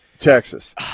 Texas